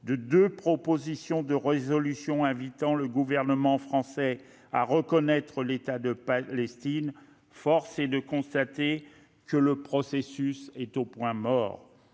de deux propositions de résolution invitant le gouvernement français à reconnaître l'État de Palestine, force est de constater que le processus de paix est au point mort.